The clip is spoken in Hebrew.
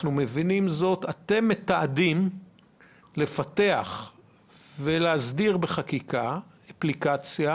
האם אתם מתעתדים לפתח ולהסדיר בחקיקה אפליקציה